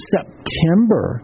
September